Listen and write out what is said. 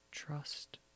Trust